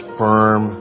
firm